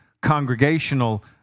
congregational